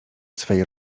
swej